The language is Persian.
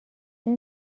این